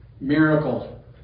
miracle